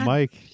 Mike